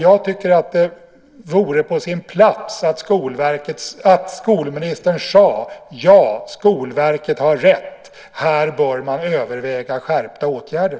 Jag tycker att det vore på sin plats att skolministern sade: Ja, Skolverket har rätt. Här bör man överväga skärpta åtgärder.